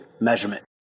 measurement